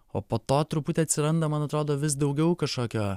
o po to truputį atsiranda man atrodo vis daugiau kažkokio